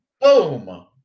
Boom